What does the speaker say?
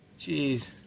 Jeez